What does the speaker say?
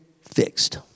fixed